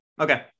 Okay